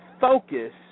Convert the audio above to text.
focus